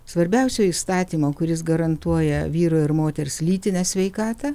svarbiausio įstatymo kuris garantuoja vyro ir moters lytinę sveikatą